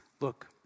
Look